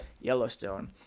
Yellowstone